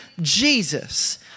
Jesus